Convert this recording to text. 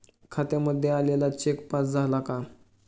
खात्यामध्ये आलेला cheque pass झाला का?